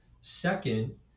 second